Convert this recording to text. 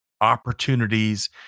opportunities